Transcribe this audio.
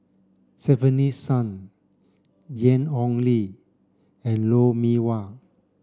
Stefanie Sun Ian Ong Li and Lou Mee Wah